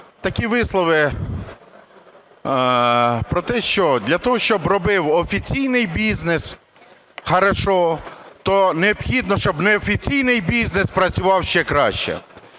такі вислови про те, що для того, щоб робив офіційний бізнес добре, то необхідно щоб неофіційний бізнес працював ще краще.